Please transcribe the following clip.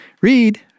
read